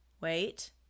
wait